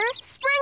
spring